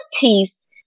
piece